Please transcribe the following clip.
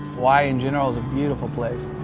hawaii in general is a beautiful place,